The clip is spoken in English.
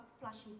flashes